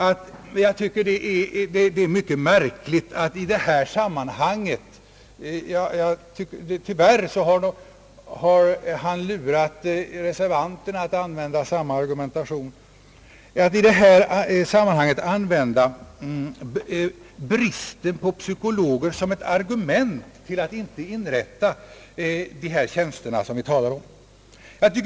Det är mycket märkligt — tyvärr har min vän herr Birger Andersson lurat reservanterna till samma argumentation — att i detta sammanhang använda bristen på psykologer som ett argument till att inte inrätta de tjänster vi talar om.